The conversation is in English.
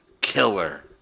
killer